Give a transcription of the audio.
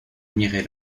admirer